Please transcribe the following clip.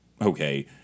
okay